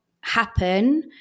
happen